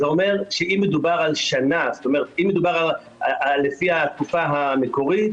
זה אומר שאם מדובר לפי התקופה המקורית,